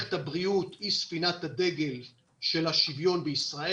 מערכת הבריאות היא ספינת הדגל של השוויון בישראל.